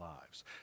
lives